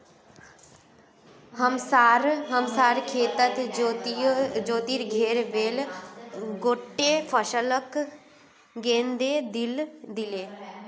हमसार खेतत ज्योतिर घेर बैल गोट्टे फसलक रौंदे दिले